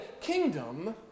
kingdom